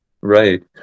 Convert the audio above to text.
Right